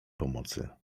pomocy